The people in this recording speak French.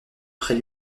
près